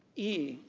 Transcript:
e.